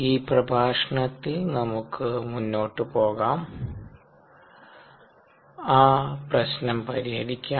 ഈ പ്രഭാഷണത്തിൽ നമുക്ക് മുന്നോട്ട് പോകാം ആ പ്രശ്നം പരിഹരിക്കാം